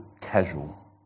casual